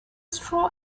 straw